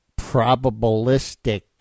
probabilistic